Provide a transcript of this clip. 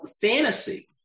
fantasy